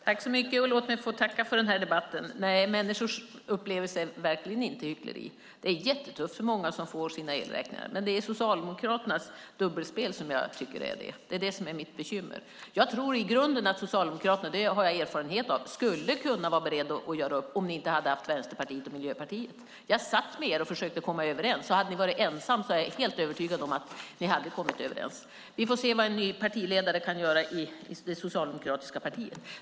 Herr talman! Låt mig få tacka för den här debatten. Nej, människors upplevelser är verkligen inte hyckleri - det är jättetufft för många som får sina elräkningar. Men det är Socialdemokraternas dubbelspel - det är det som är mitt bekymmer. Jag tror i grunden att Socialdemokraterna - det har jag erfarenhet av - skulle kunna vara beredda att göra upp om ni inte hade haft Vänsterpartiet och Miljöpartiet. Jag satt med er och försökte komma överens, och hade ni varit ensamma är jag helt övertygad om att vi hade kommit överens. Vi får se vad en ny partiledare kan göra i det socialdemokratiska partiet.